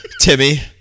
Timmy